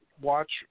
watch